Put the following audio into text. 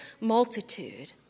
multitude